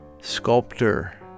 sculptor